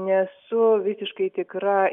nesu visiškai tikra